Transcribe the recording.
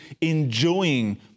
enjoying